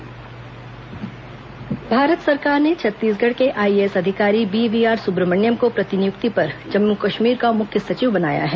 BVR Subrahmanyam Bharat सरकार ने छत्तीसगढ़ के आईएएस अधिकारी बीवीआर सुब्रमण्यम को प्रतिनियुक्ति पर जम्मू कश्मीर का मुख्य सचिव बनाया है